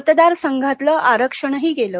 मतदार संघातलं आरक्षणही गेलं